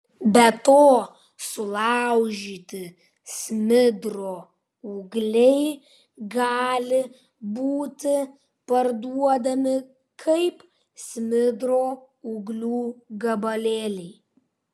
be to sulaužyti smidro ūgliai gali būti parduodami kaip smidro ūglių gabalėliai